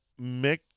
Mick